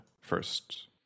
first